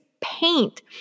paint